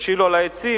יבשילו על העצים,